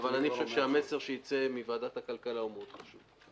אבל אני חושב שהמסר שייצא מוועדת הכלכלה הוא מאוד חשוב.